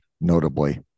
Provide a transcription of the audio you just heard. notably